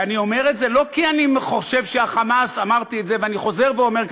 ואני אומר את זה לא כי אני חושב שה"חמאס" אמרתי את זה ואני חוזר ואומר,